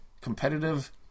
Competitive